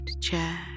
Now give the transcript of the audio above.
chair